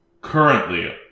currently